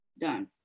done